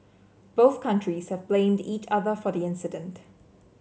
both countries have blamed each other for the incident